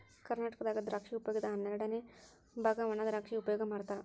ಕರ್ನಾಟಕದಾಗ ದ್ರಾಕ್ಷಿ ಉಪಯೋಗದ ಹನ್ನೆರಡಅನೆ ಬಾಗ ವಣಾದ್ರಾಕ್ಷಿ ಉಪಯೋಗ ಮಾಡತಾರ